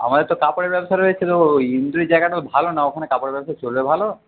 আমাদের তো কাপড়ের ব্যবসাটা ছিলো ওই জায়গাটা ভালো না ওইখানে কাপড়ের ব্যবসাটা চলবে ভালো